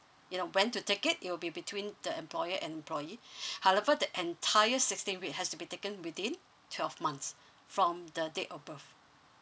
you know when to take it will be between the employer and employee however the entire sixteen weeks has to be taken within twelve months from the date of birth